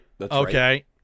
Okay